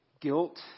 guilt